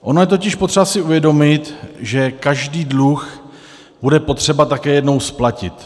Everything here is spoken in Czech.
Ono je totiž potřeba si uvědomit, že každý dluh bude potřeba také jednou splatit.